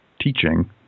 teaching